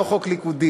זה לא חוק ליכודי.